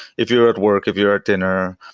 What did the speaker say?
if you're at work, if you're at dinner,